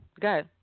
Go